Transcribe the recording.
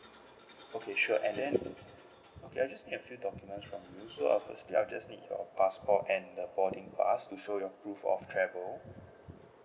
okay sure and then okay I just need a few documents from you so uh firstly I just need your passport and the boarding pass to show your proof of travel